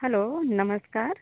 hello नमस्कार